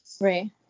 Right